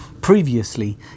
Previously